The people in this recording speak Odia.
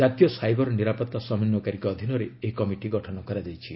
ଜାତୀୟ ସାଇବର ନିରାପତ୍ତା ସମନ୍ଧୟକାରୀଙ୍କ ଅଧୀନରେ ଏହି କମିଟି ଗଠନ କରାଯାଇଛି